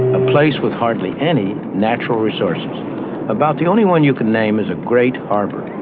a place with hardly any natural resources about the only one you could name is a great harbor.